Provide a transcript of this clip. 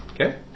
Okay